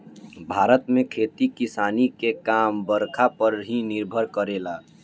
भारत में खेती किसानी के काम बरखा पर ही निर्भर करेला